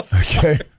Okay